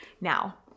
Now